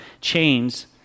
chains